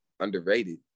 Underrated